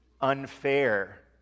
unfair